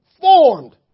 formed